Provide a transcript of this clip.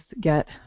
get